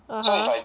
(uh huh)